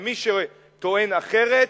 מי שטוען אחרת,